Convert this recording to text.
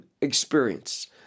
experience